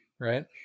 right